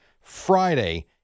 Friday